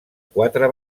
quatre